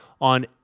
on